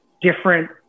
different